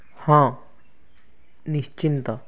ହଁ ନିଶ୍ଚିତ